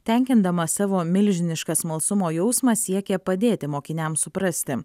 tenkindama savo milžinišką smalsumo jausmą siekė padėti mokiniams suprasti